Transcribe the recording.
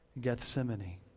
Gethsemane